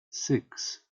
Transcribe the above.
six